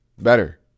better